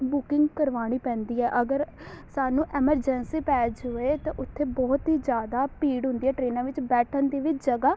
booking ਕਰਵਾਉਣੀ ਪੈਂਦੀ ਹੈ ਅਗਰ ਸਾਨੂੰ ਐਮਰਜੈਂਸੀ ਪੈ ਜਾਵੇ ਤਾਂ ਉੱਥੇ ਬਹੁਤ ਹੀ ਜ਼ਿਆਦਾ ਭੀੜ ਹੁੰਦੀ ਹੈ ਟਰੇਨਾਂ ਵਿੱਚ ਬੈਠਣ ਦੀ ਵੀ ਜਗ੍ਹਾ